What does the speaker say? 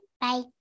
Bye